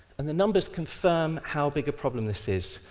and the numbers confirm how big a problem this is.